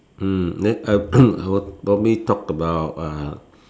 mm then I I will probably talk about uh